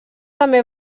també